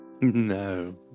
No